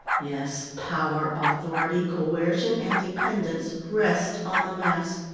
yes, power, authority, coercion, and dependence rest on the mass,